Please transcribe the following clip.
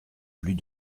plus